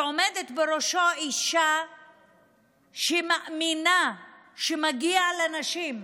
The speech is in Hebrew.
שעומדת בראשו אישה שמאמינה שמגיעות לנשים,